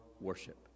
worship